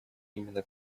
именно